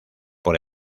por